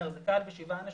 בתל מונד מדובר בשבעה אנשים,